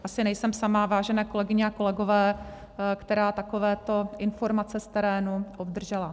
Asi nejsem sama, vážené kolegyně a kolegové, která takovéto informace z terénu obdržela.